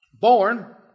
born